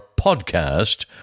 podcast